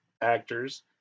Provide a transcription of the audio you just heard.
actors